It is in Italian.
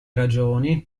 ragioni